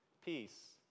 peace